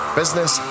business